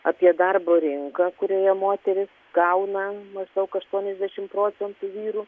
apie darbo rinką kurioje moterys gauna maždaug aštuoniasdešimt procentų vyrų